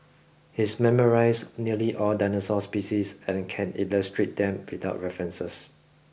he's memorised nearly all dinosaur species and can illustrate them without references